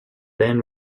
then